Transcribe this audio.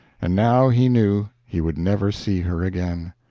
and now he knew he would never see her again.